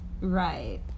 Right